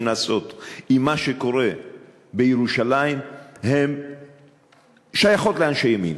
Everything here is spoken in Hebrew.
לעשות עם מה שקורה בירושלים שייכות לאנשי ימין.